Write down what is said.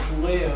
pourrait